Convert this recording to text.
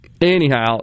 anyhow